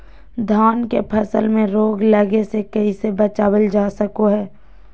धान के फसल में रोग लगे से कैसे बचाबल जा सको हय?